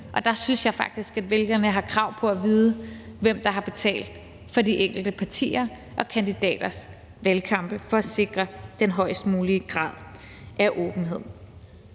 og der synes jeg faktisk, at vælgerne har krav på at vide, hvem der har betalt for de enkelte partiers og kandidaters valgkampagner, for at sikre den højest mulige grad af åbenhed.